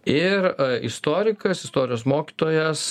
ir istorikas istorijos mokytojas